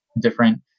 different